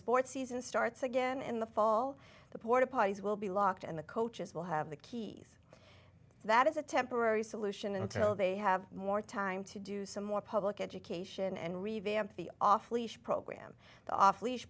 sports season starts again in the fall the porta potties will be locked and the coaches will have the keys so that is a temporary solution until they have more time to do some more public education and revamp the off leash program off leash